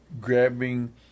grabbing